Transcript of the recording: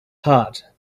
heart